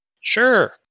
Sure